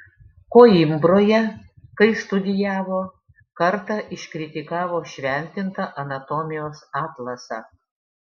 koimbroje kai studijavo kartą iškritikavo šventintą anatomijos atlasą